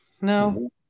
No